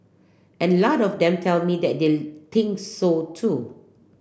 and a lot of them tell me that they think so too